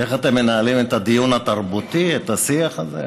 איך אתם מנהלים את הדיון התרבותי, את השיח הזה?